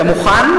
אתה מוכן?